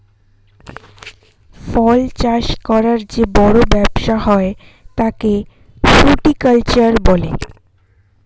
ফল চাষ করার যে বড় ব্যবসা হয় তাকে ফ্রুটিকালচার বলে